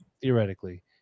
theoretically –